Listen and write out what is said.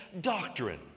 doctrine